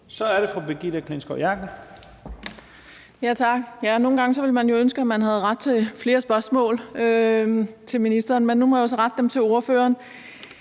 Kl. 11:38 Brigitte Klintskov Jerkel (KF): Tak. Nogle gange ville man ønske, at man havde ret til flere spørgsmål til ministeren, men nu må jeg jo så rette dem til ordføreren.